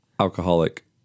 alcoholic